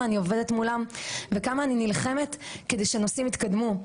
אני עובדת מולם וכמה אני נלחמת כדי שנושאים יתקדמו.